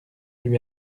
lui